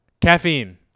Caffeine